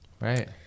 Right